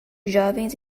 jovens